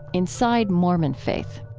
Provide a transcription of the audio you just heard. inside mormon faith.